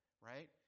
right